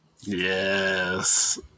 Yes